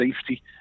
safety